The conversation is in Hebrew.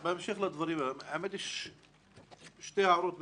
בהמשך לדברים האלה שתי הערות מרכזיות: